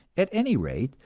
at any rate,